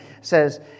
says